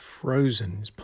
frozen